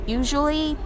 usually